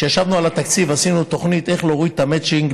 כשישבנו על התקציב עשינו תוכנית איך להוריד את המצ'ינג,